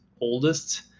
oldest